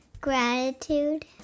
gratitude